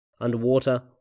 Underwater